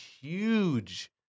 huge